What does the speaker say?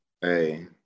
Hey